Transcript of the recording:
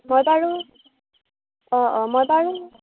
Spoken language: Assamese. মই বাৰু অ' অ' মই বাৰু